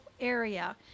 area